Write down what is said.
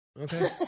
Okay